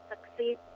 succeed